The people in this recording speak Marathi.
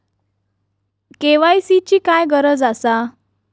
के.वाय.सी ची काय गरज आसा?